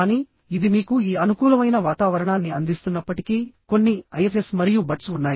కానీ ఇది మీకు ఈ అనుకూలమైన వాతావరణాన్ని అందిస్తున్నప్పటికీ కొన్ని ఐఎఫ్ఎస్ మరియు బట్స్ ఉన్నాయి